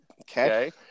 Okay